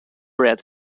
red